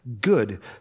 good